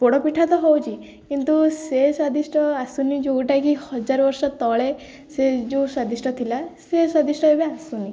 ପୋଡ଼ପିଠା ତ ହେଉଛି କିନ୍ତୁ ସେ ସ୍ଵାଦିଷ୍ଟ ଆସୁନି ଯେଉଁଟାକି ହଜାର ବର୍ଷ ତଳେ ସେ ଯେଉଁ ସ୍ୱାଦିଷ୍ଟ ଥିଲା ସେ ସ୍ବାଦିଷ୍ଟ ଏବେ ଆସୁନି